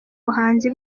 buhanzi